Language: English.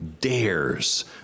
dares